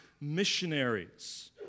missionaries